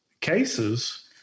cases